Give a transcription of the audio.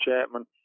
Chapman